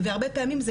והרבה פעמים,